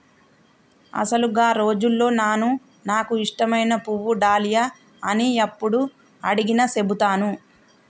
అసలు గా రోజుల్లో నాను నాకు ఇష్టమైన పువ్వు డాలియా అని యప్పుడు అడిగినా సెబుతాను